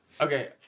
Okay